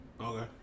Okay